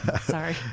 Sorry